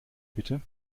bitte